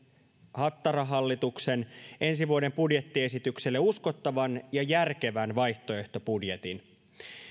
hattarahallituksen ensi vuoden budjettiesitykselle uskottavan ja järkevän vaihtoehtobudjetin